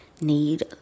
need